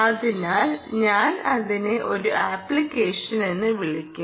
അതിനാൽ ഞാൻ അതിനെ ഒരു അപ്ലിക്കേഷൻ എന്ന് വിളിക്കും